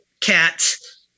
cats